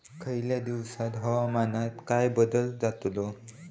यतल्या दिवसात हवामानात काय बदल जातलो?